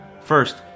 First